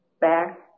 back